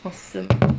awesome